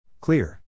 Clear